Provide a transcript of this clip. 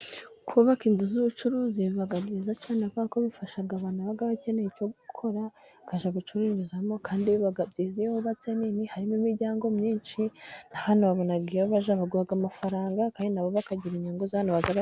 Kubaka inzu z'ubucuruzi biba byiza cyane kubera ko bifasha abantu baba bakeneye icyo gukora, bakajya gucururizamo kandi biba byiza iyo wubatse nini harimo imiryango myinshi n'abantu babona iyo bajya, baguha amafaranga kandi nabo bakagira inyungu.